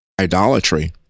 idolatry